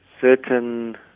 certain